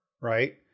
right